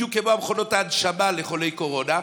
בדיוק כמו מכונות ההנשמה לחולי קורונה.